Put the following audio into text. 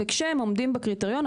וכשהם עומדים בקריטריון,